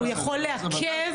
הוא יכול לעכב.